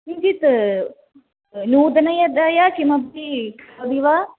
किञ्चित् नूतनतया किमपि वा